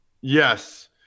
Yes